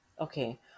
Okay